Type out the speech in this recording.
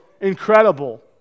incredible